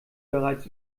bereits